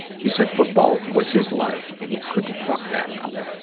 he said football was his life, and he couldn't fuck that up.